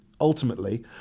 ultimately